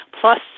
Plus